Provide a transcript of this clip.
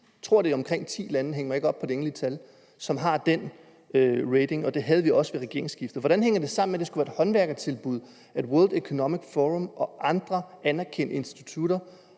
jeg tror, det er omkring ti lande, men hæng mig ikke op på det endelige tal – som har den rating, og det havde vi også ved regeringsskiftet. Hvordan hænger det sammen med, at det skulle være et håndværkertilbud, at The World Economic Forum og andre anerkendte institutter